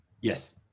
Yes